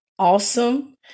awesome